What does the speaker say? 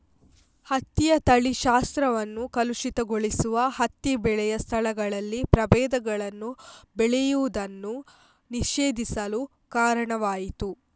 ಹತ್ತಿಯ ತಳಿಶಾಸ್ತ್ರವನ್ನು ಕಲುಷಿತಗೊಳಿಸುವ ಹತ್ತಿ ಬೆಳೆಯ ಸ್ಥಳಗಳಲ್ಲಿ ಪ್ರಭೇದಗಳನ್ನು ಬೆಳೆಯುವುದನ್ನು ನಿಷೇಧಿಸಲು ಕಾರಣವಾಯಿತು